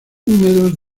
húmedos